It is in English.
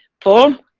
paul?